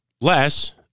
less